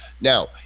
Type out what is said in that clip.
Now